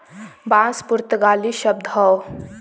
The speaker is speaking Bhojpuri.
बांस पुर्तगाली शब्द हौ